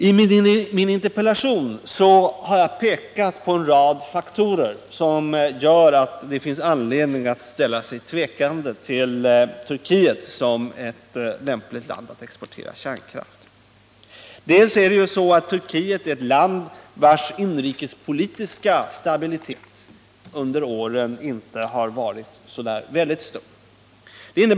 I min interpellation har jag pekat på en rad faktorer som gör att det finns anledning att ställa sig tveksam till Turkiet som ett lämpligt land att exportera kärnkraft till. Jag har bl.a. framhållit att Turkiet är ett land vars inrikespolitiska stabilitet inte har varit särskilt stor under åren.